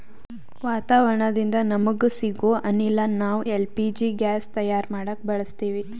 ವಾತಾವರಣದಿಂದ ನಮಗ ಸಿಗೊ ಅನಿಲ ನಾವ್ ಎಲ್ ಪಿ ಜಿ ಗ್ಯಾಸ್ ತಯಾರ್ ಮಾಡಕ್ ಬಳಸತ್ತೀವಿ